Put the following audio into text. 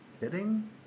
Hitting